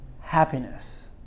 happiness